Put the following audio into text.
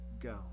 Go